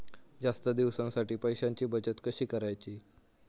जास्त दिवसांसाठी पैशांची बचत कशी करायची?